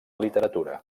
literatura